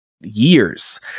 years